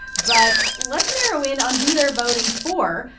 but let's narrow in on who they're voting for.